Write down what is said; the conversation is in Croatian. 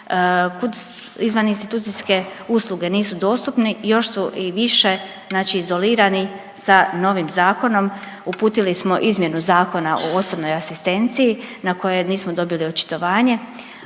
izvan institucijske usluge nisu dostupni još su i više znači izolirani sa novim zakonom. Uputili smo izmjenu Zakona o osobnoj asistenciju na koje nismo dobili očitovanje,